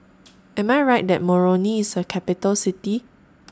Am I Right that Moroni IS A Capital City